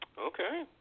Okay